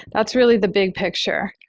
that's really the big picture.